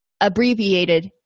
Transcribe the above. abbreviated